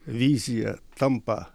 vizija tampa